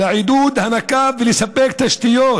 לעידוד הנקה, ולספק תשתיות